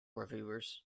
reviewers